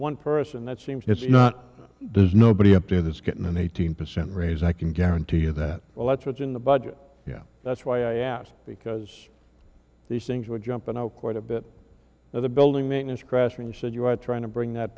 one person that seems it's not there's nobody up to this getting an eighteen percent raise i can guarantee you that well that's what's in the budget yeah that's why i asked because these things were jumping out quite a bit of the building maintenance crash when you said you are trying to